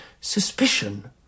suspicion